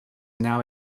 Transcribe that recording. now